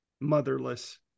motherless